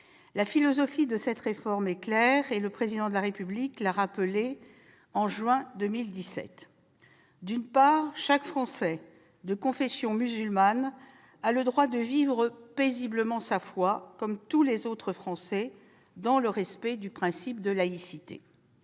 La philosophie de cette réforme est claire ; le Président de la République l'a rappelée au mois de juin 2017. D'une part, chaque Français de confession musulmane a le droit de vivre paisiblement sa foi, comme tous les autres Français, dans le respect du principe de laïcité.